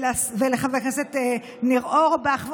ולחבר הכנסת ניר אורבך,